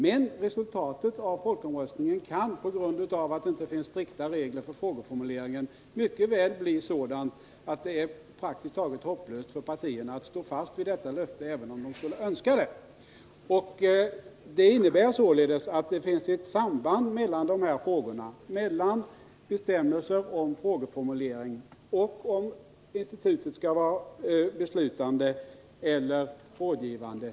Men resultatet av folkomröstningen kan — på grund av att det inte finns strikta regler för frågeformuleringen — mycket väl bli sådant att det är praktiskt taget hopplöst för partierna att stå fast vid detta löfte även om de skulle önska det. Det innebär således att det finns ett samband mellan de här frågorna — mellan frågan om bestämmelser för frågeformulering och frågan om institutet skall vara beslutande eller rådgivande.